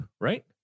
right